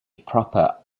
proper